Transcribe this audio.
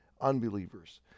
unbelievers